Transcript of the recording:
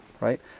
right